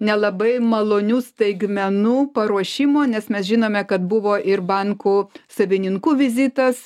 nelabai malonių staigmenų paruošimo nes mes žinome kad buvo ir bankų savininkų vizitas